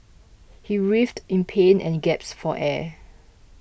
he writhed in pain and gasped for air